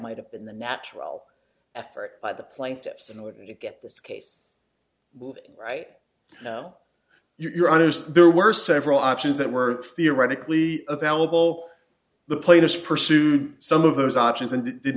might have been the natural effort by the plaintiffs in order to get this case right now you're honest there were several options that were theoretically available the plaintiffs pursued some of those options and did